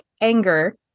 anger